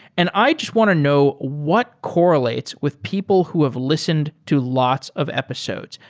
and i just want to know what correlates with people who have listened to lots of episodes.